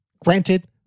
Granted